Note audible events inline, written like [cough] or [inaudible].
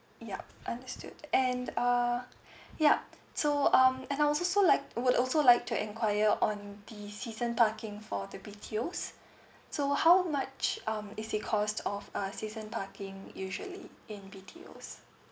yup understood and uh [breath] yup so um and I'd also like would also like to enquire on the season parking for B_T_O so how much um is the cost of uh season parking usually in B_T_O